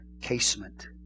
casement